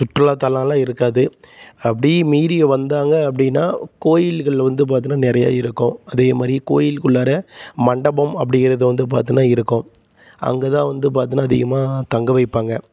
சுற்றுலாத்தலோமெலாம் இருக்காது அப்படி மீறி வந்தாங்க அப்படின்னா கோயில்களில் வந்து பார்த்தீன்னா நிறையா இருக்கும் அதேமாதிரி கோயில்குள்ளாற மண்டபம் அப்படிங்கிறது வந்து பார்த்தீன்னா இருக்கும் அங்கே தான் வந்து பார்த்தீன்னா அதிகமாக தங்க வைப்பாங்க